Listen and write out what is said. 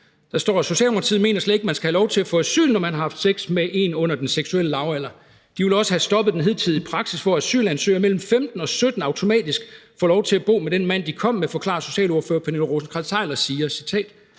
diskuterer: »Socialdemokraterne mener slet ikke, at man skal have lov til at få asyl, når man har haft sex med en under den seksuelle lavalder. De vil også have stoppet den hidtidige praksis, hvor asylsøgere mellem 15 og 17 automatisk fik lov til at bo med den mand, de kom med.« Socialordfører Pernille Rosenkrantz-Theil siger her